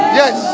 yes